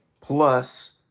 plus